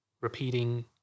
repeating